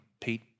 Pete